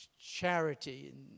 charity